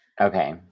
Okay